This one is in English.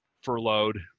furloughed